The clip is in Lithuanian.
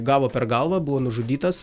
gavo per galvą buvo nužudytas